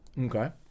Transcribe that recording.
Okay